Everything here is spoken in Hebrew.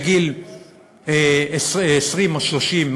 בגיל 20 או 30,